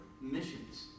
missions